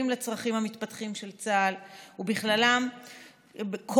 לצרכים המתפתחים של צה"ל בכל התחומים,